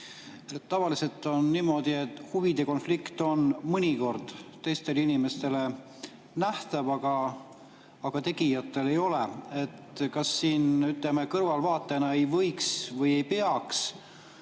Tavaliselt on niimoodi, et huvide konflikt on mõnikord teistele inimestele nähtav, aga tegijatele ei ole. Kas me kõrvaltvaatajana ei peaks